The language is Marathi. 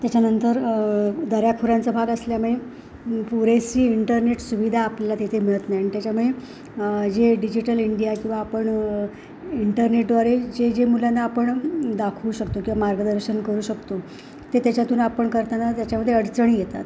त्याच्यानंतर दऱ्या खोऱ्यांचा भाग असल्यामुळे पुरेशी इंटरनेट सुविधा आपल्याला तिथे मिळत नाही अन् त्याच्यामुळे जे डिजिटल इंडिया किंवा आपण इंटरनेटद्वारे जे जे मुलांना आपण दाखवू शकतो किंवा मार्गदर्शन करू शकतो ते त्याच्यातून आपण करताना त्याच्यामध्येअडचणी येतात